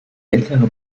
ältere